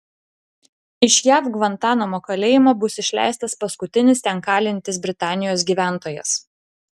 iš jav gvantanamo kalėjimo bus išleistas paskutinis ten kalintis britanijos gyventojas